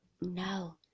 No